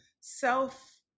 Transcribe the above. self